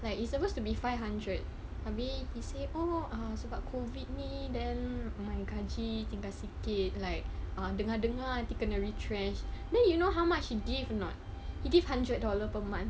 like it's supposed to be five hundred habis he say oh sebab COVID ni then my gaji tinggal sikit like ah dengar-dengar nanti kena retrench then you know how much he give or not he give hundred dollar per month